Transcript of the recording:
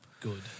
Good